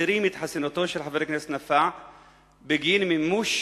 מסירים את חסינותו של חבר הכנסת נפאע בגין מימוש